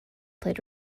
played